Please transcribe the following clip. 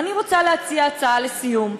ואני רוצה להציע הצעה לסיום,